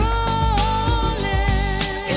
Rolling